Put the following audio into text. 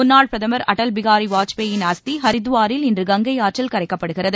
முன்னாள் பிரதமர் அடல் பிஹாரி வாஜ்பேயின் அஸ்தி ஹரித்துவாரில் இன்று கங்கை ஆற்றில் கரைக்கப்படுகிறது